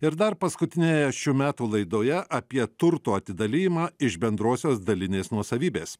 ir dar paskutinėje šių metų laidoje apie turto atidalijimą iš bendrosios dalinės nuosavybės